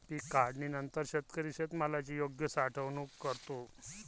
पीक काढणीनंतर शेतकरी शेतमालाची योग्य साठवणूक करतो